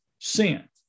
sin